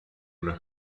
una